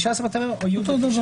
התשפ"ב (15 בספטמבר 2021) או במהלך יום י'